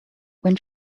when